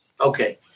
Okay